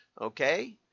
okay